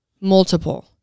multiple